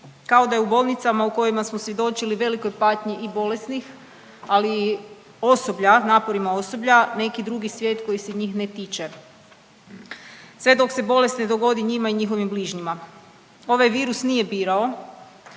kao da je u bolnicama u kojima smo svjedočili velikoj patnji i bolesnih ali i osoblja, naporima osoblja neki drugi svijet koji se njih ne tiče sve dok se bolest ne dogodi njima i njihovim bližnjima. Ovaj virus nije birao.